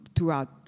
throughout